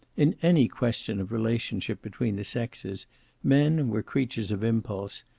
in any question of relationship between the sexes men were creatures of impulse,